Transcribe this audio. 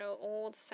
old